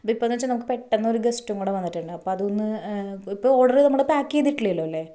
അതിപ്പം എന്നുവെച്ചാൽ നമുക്ക് പെട്ടെന്നൊരു ഗസ്റ്റും കൂടെ വന്നിട്ടുണ്ട് അപ്പം അതൊന്ന് ഇപ്പം ഓർഡർ ചെയ്ത നമ്മുടെ പാക്ക് ചെയ്തിട്ടില്ലല്ലോ അല്ലേ